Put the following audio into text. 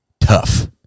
tough